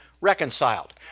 reconciled